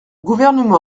gouvernement